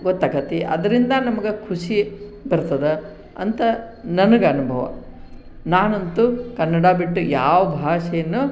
ಗೊತ್ತಾಕತೆ ಅದರಿಂದ ನಮ್ಗೆ ಖುಷಿ ಬರ್ತದೆ ಅಂತ ನನ್ಗೆ ಅನುಭವ ನಾನಂತು ಕನ್ನಡ ಬಿಟ್ಟು ಯಾವ ಭಾಷೆನು